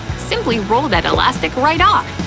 simply roll that elastic right off.